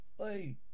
hey